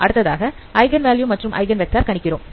அடுத்ததாக eigen value மற்றும் eigen vector கணிக்கிறோம்